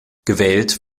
gewählt